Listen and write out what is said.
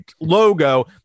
logo